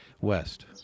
West